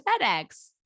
FedEx